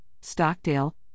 Stockdale